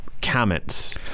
comments